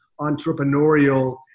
entrepreneurial